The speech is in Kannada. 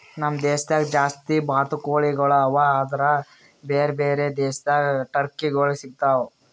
ನಮ್ ದೇಶದಾಗ್ ಜಾಸ್ತಿ ಬಾತುಕೋಳಿಗೊಳ್ ಅವಾ ಆದುರ್ ಬೇರೆ ಬೇರೆ ದೇಶದಾಗ್ ಟರ್ಕಿಗೊಳ್ ಸಿಗತಾವ್